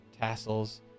tassels